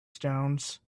stones